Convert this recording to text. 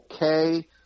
okay